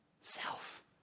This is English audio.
self